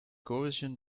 gaussian